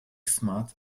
smart